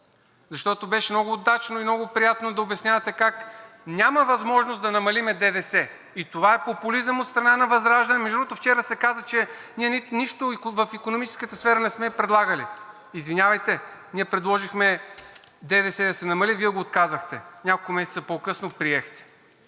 Защото беше много удачно и много приятно да обяснявате как няма възможност да намалим ДДС. Това е популизъм от страна на ВЪЗРАЖДАНЕ. Между другото, вчера се каза, че ние нищо и в икономическата сфера не сме предлагали. Извинявайте, ние предложихме ДДС да се намали, Вие го отказахте. Няколко месеца по-късно приехте.